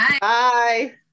Bye